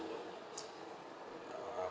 uh